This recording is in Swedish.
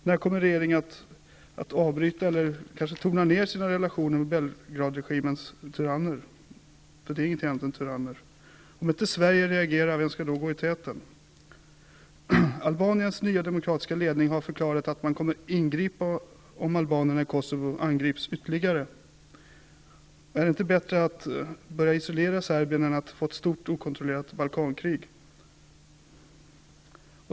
När kommer regeringen att avbryta eller tona ned sina relationer med Belgradregimens tyranner? De är ingenting annat än tyranner. Om inte Sverige reagerar, vem skall då gå i täten? Albaniens nya demokratiska ledning har förklarat att man kommer att ingripa om albanerna i Kosovo angrips ytterligare. Är det inte bättre att börja isolera Serbien än att få ett stort, okontrollerat Balkankrig?